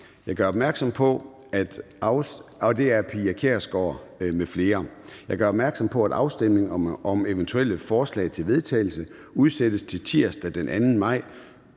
Jeg gør opmærksom på, at afstemning om eventuelle forslag til vedtagelse udsættes til tirsdag den 2. maj